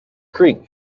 creek